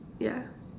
yeah